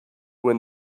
when